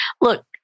look